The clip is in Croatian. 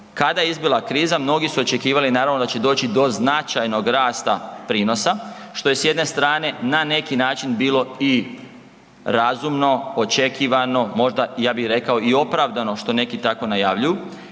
Kada je izbila kriza mnogi su očekivali naravno da će doći do značajnog rasta prinosa što s jedne strane na neki način bilo i razumno, očekivano možda ja bih rekao i opravdano što neki tako najavljuju